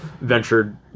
ventured